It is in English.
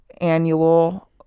annual